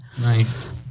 Nice